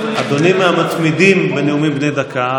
אדוני מהמתמידים בנאומים בני דקה,